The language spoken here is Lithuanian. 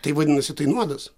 tai vadinasi tai nuodas